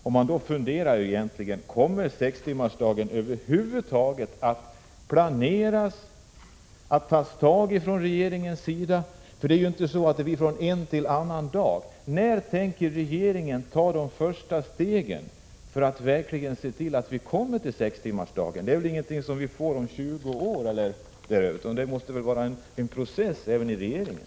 Då kan man undra: Kommer regeringen över huvud taget att ta tag i och planera för sextimmarsdagen? En sådan ändring kan ju inte ske från en dag till en annan. När tänker regeringen ta de första stegen för att verkligen se till att vi kommer fram till sextimmarsdagen? Den är väl inget som vi får först om 20 år? Det pågår väl en process även inom regeringen?